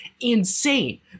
insane